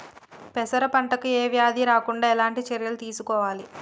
పెరప పంట కు ఏ వ్యాధి రాకుండా ఎలాంటి చర్యలు తీసుకోవాలి?